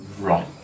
Right